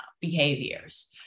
behaviors